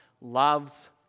loves